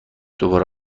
دوباره